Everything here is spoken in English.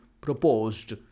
proposed